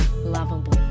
lovable